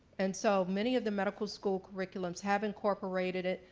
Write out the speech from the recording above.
and so many of the medical school curriculums have incorporated it,